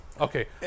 okay